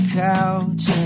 couch